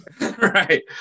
Right